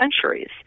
centuries